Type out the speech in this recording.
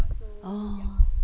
orh